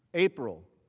april,